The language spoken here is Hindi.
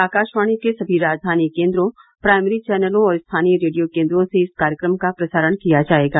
आकाशवाणी के सभी राजधानी केन्द्रों प्राइमरी चैनलों और स्थानीय रेडियो केन्द्रों से इस कार्यक्रम का प्रसारण किया जाएगा